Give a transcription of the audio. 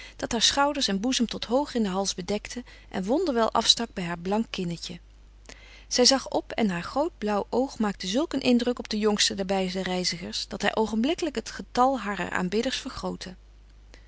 dat haar schouders en boezem tot hoog in den hals bedekte en wonderwel afstak bij haar blank kinnetje zij zag op en haar groot blauw oog maakte zulk een indruk op den jongste der beide reizigers dat hij oogenblikkelijk het getal harer aanbidders vergrootte